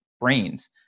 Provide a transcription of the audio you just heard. brains